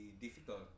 difficult